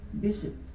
Bishop